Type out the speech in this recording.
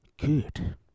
good